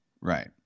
right